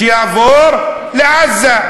שיעבור לעזה.